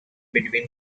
between